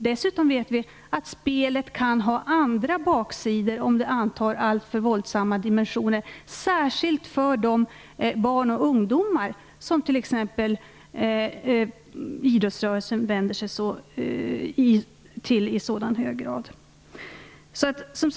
Vi vet ju dessutom att spel kan ha en baksida om de antar alltför våldsamma dimensioner, särskilt för de barn och ungdomar som exempelvis idrottsrörelsen vänder sig till i hög grad.